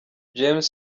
james